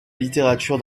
littérature